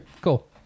cool